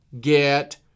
get